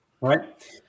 Right